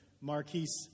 Marquise